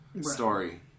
story